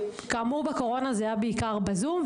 בקורונה זה היה בעיקר בזום,